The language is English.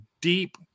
deep